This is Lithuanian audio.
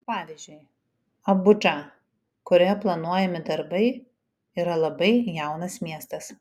pavyzdžiui abudža kurioje planuojami darbai yra labai jaunas miestas